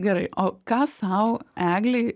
gerai o ką sau eglei